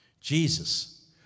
Jesus